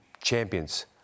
champions